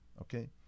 okay